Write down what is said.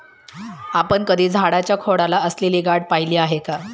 आपण कधी झाडाच्या खोडाला असलेली गाठ पहिली आहे का?